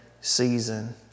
season